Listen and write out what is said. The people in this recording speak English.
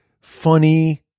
funny